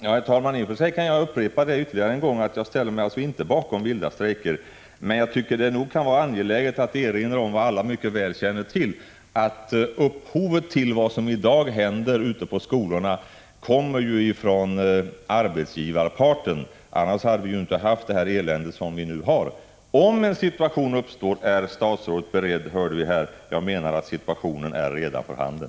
Herr talman! I och för sig kan jag ytterligare en gång upprepa att jag inte ställer mig bakom vilda strejker. Men jag tycker det kan vara angeläget att erinra om vad alla mycket väl känner till, att upphovet till vad som i dag händer ute på skolorna kommer från arbetsgivarparten. Annars hade vi inte haft det elände som vi nu har. Om en situation uppstår är statsrådet beredd, hörde vi. Jag menar att situationen redan är för handen.